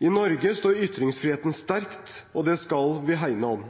I Norge står ytringsfriheten sterkt, og det skal vi hegne om.